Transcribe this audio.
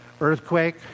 Earthquake